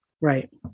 right